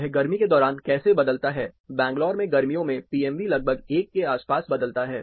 यह गर्मी के दौरान कैसे बदलता है बैंगलोर में गर्मियों में पीएमवी लगभग 1 के आसपास बदलता है